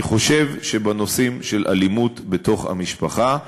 אני חושב שבנושאים של אלימות בתוך המשפחה,